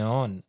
on